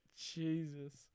Jesus